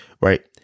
Right